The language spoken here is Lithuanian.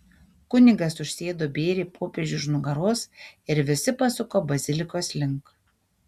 kunigas užsėdo bėrį popiežiui už nugaros ir visi pasuko bazilikos link